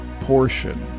portion